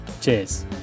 Cheers